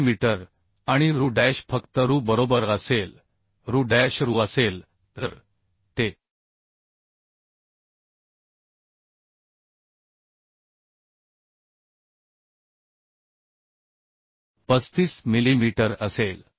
millimetre आणि Ru dash फक्त Ru बरोबर असेल Ru डॅश Ru असेल तर ते 35 मिलीमीटर असेल